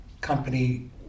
company